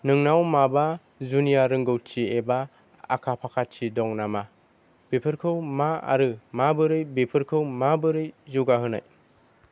नोंनाव माबा जुनिया रोंगौथि एबा आखा फाखाथि दं नामा बेफोरखौ मा आरो माबोरै बेफोरखौ माबोरै जौगाहोनाय